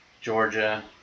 Georgia